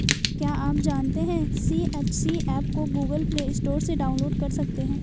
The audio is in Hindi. क्या आप जानते है सी.एच.सी एप को गूगल प्ले स्टोर से डाउनलोड कर सकते है?